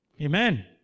Amen